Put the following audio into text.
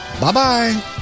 Bye-bye